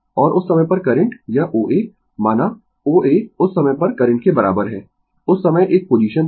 और उस समय पर करंट यह O A माना O A उस समय पर करंट के बराबर है उस समय एक पोजीशन थी